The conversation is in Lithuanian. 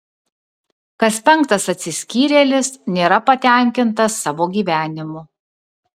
kas penktas atsiskyrėlis nėra patenkintas savo gyvenimu